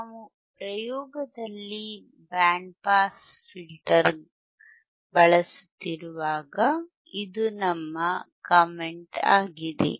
ನಾವು ಪ್ರಯೋಗದಲ್ಲಿ band pass filter ಬಳಸುತ್ತಿರುವಾಗ ಇದು ನಮ್ಮ ಕಾಮೆಂಟ್ ಆಗಿದೆ